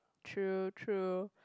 true true